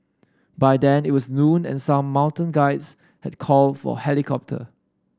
by then it was noon and some mountain guides had called for helicopter